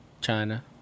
China